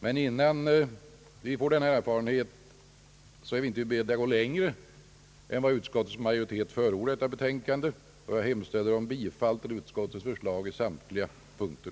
Men innan vi får sådan erfarenhet är vi inte beredda att gå längre än vad utskottets majoritet förordar i sitt betänkande. Jag hemställer om bifall till utskottets förslag i samtliga punkter.